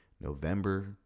November